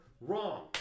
wrong